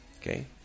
okay